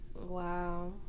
Wow